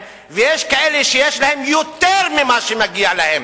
ויש כאלה שיש להם יותר ממה שמגיע להם,